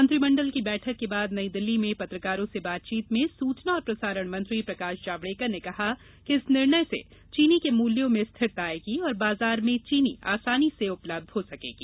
मंत्रिमंडल की बैठक के बाद नई दिल्ली में पत्रकारों से बातचीत में सूचना और प्रसारण मंत्री प्रकाश जावड़ेकर ने कहा कि इस निर्णय से चीनी के मूल्यों में स्थिरता आएगी और बाजार में चीनी आसानी से उपलब्ध हो सकेगी